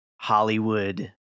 Hollywood